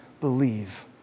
believe